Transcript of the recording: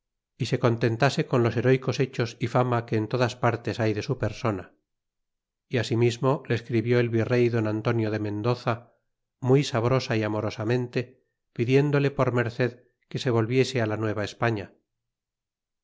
y se contentase con los heróycos hechos y fama que en todas partes hay de su persona y asimismo le escribió el virey don antonio de mendoza muy sabrosa y amorosamente pidiéndole por merced que se volviese la